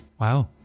wow